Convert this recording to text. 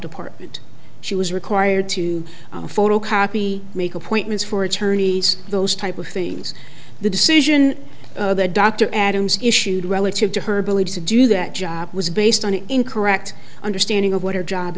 department she was required to photocopy make appointments for attorneys those type of things the decision the dr adams issued relative to her beliefs to do that job was based on an incorrect understanding of what her job